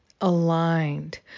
aligned